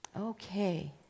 Okay